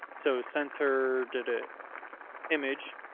so center did a image.